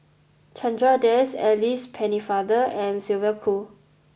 Chandra Das Alice Pennefather and Sylvia Kho